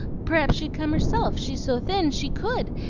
p'r'aps she'd come herself she's so thin, she could,